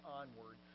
onward